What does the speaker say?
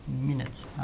minutes